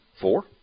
Four